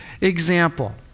example